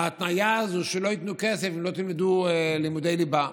וההתניה הזאת שלא ייתנו כסף אם לא תלמדו לימודי ליבה.